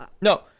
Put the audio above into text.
No